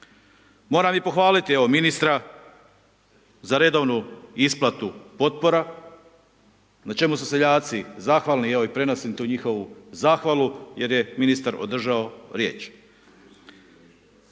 Moram i pohvaliti evo ministra za redovnu isplatu potpora, na čemu su seljaci zahvalni i evo prenosim ti njihovu zahvalu jer je ministar održao riječ.